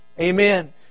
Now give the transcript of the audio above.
Amen